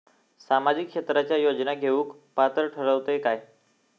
सामाजिक क्षेत्राच्या योजना घेवुक पात्र ठरतव काय?